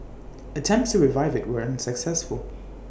attempts to revive IT were unsuccessful